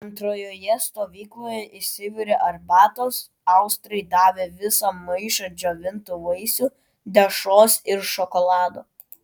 antrojoje stovykloje išsivirė arbatos austrai davė visą maišą džiovintų vaisių dešros ir šokolado